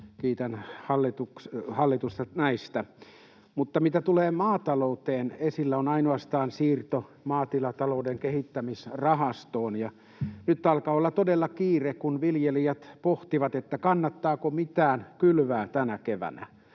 kiitän hallitusta näistä. Mutta mitä tulee maatalouteen, esillä on ainoastaan siirto maatilatalouden kehittämisrahastoon. Nyt alkaa olla todella kiire, kun viljelijät pohtivat, kannattaako mitään kylvää tänä keväänä.